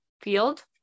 field